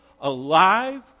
alive